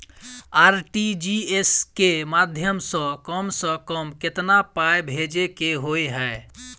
RTGS केँ माध्यम सँ कम सऽ कम केतना पाय भेजे केँ होइ हय?